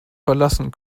verlassen